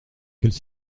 quelle